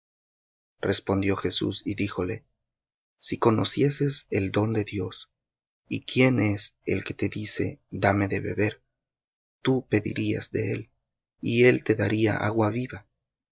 respondió jesús y díjole si conocieses el don de dios y quién es el que te dice dame de beber tú pedirías de él y él te daría agua viva